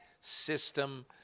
system